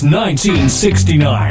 1969